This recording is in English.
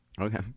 Okay